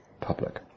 public